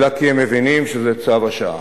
אלא כי הם מבינים שזה צו השעה,